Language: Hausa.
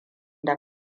da